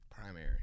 Primary